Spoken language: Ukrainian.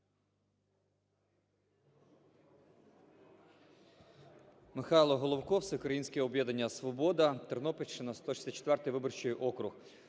Михайло Головко, Всеукраїнське об'єднання "Свобода", Тернопільщина, 164 виборчий округ.